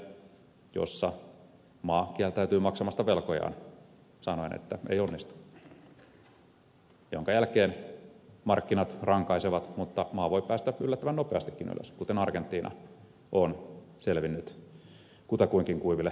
argentiinan tie jossa maa kieltäytyy maksamasta velkojaan sanoin että ei onnistu minkä jälkeen markkinat rankaisevat mutta maa voi päästä yllättävän nopeastikin ylös kuten argentiina on selvinnyt kutakuinkin kuiville jaloille